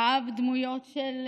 אהב דמויות של